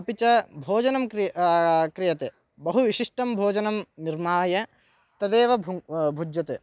अपि च भोजनं क्रि क्रियते बहुविशिष्टं भोजनं निर्माय तदेव भुङ् भुज्यते